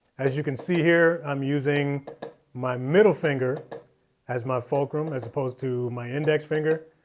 as you can see here i'm using my middle finger as my fulcrum as opposed to my index finger.